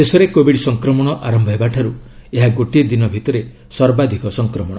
ଦେଶରେ କୋବିଡ ସଂକ୍ରମଣ ଆରମ୍ଭ ହେବାଠାରୁ ଏହା ଗୋଟିଏ ଦିନ ଭିତରେ ସର୍ବାଧିକ ସଂକ୍ରମଣ